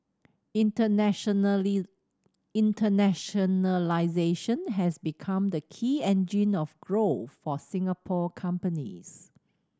internationalisation has become the key engine of growth for Singapore companies